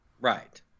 Right